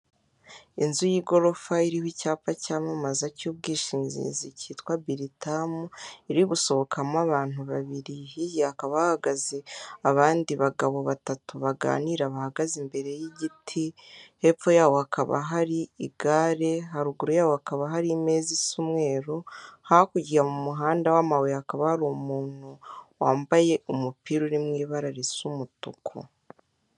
inzu y'igorofa iriho icyapa cyamamaza cy'ubwishingizi cyitwa bilitamu, iri gusohokamo abantu babiri, hirya yakaba hahagaze abandi bagabo batatu baganira bahagaze imbere y'igiti, hepfo yaho hakaba hari igare, haruguru yabo hakaba hari imeza isa umweru, hakurya mu muhanda w'amabuye akaba hari umuntu wambaye umupira uri mw'ibara risa umutuku.